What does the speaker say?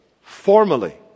formally